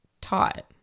taught